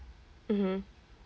mmhmm